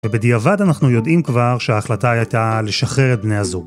ובדיעבד אנחנו יודעים כבר שההחלטה הייתה לשחרר את בני הזוג.